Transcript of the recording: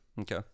Okay